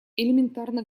элементарно